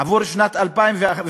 עבור שנת 2015?